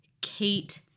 Kate-